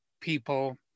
people